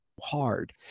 hard